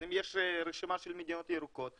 אז אם תהיה רשימה של מדינות ירוקות,